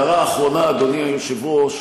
הערה אחרונה, אדוני היושב-ראש,